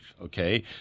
okay